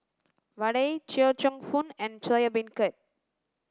vadai chee cheong fun and soya beancurd